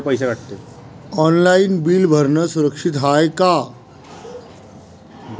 Online bill भरनं सुरक्षित हाय का?